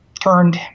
turned